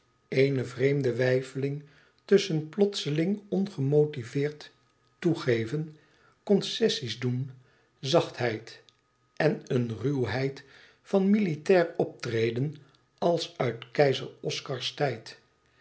eene vreemde weifeling tusschen plotseling ongemotiveerd toegeven concessie's doen zachtheid en een ruwheid van militair optreden als uit keizer oscars